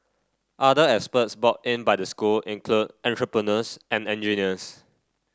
other experts brought in by the school include entrepreneurs and engineers